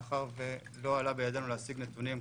מאחר שלא עלה בידינו להשיג נתונים כאלו.